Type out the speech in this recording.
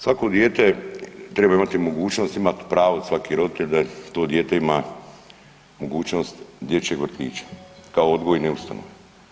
Svako dijete treba imati mogućnost, imati pravo svaki roditelj da to dijete ima mogućnost dječjeg vrtića kao odgojne ustanove.